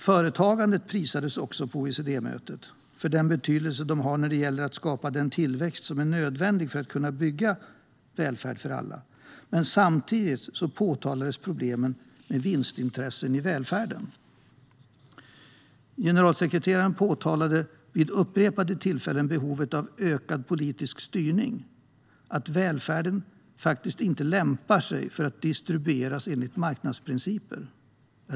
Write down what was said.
Företagandet prisades också på OECD-mötet för den betydelse det har för att skapa den tillväxt som är nödvändig för att kunna bygga välfärd för alla. Samtidigt påtalades problemen med vinstintressen i välfärden. Generalsekreteraren påpekade vid upprepade tillfällen behovet av ökad politisk styrning och att välfärden faktiskt inte lämpar sig för att distribueras enligt marknadsprinciper.